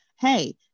hey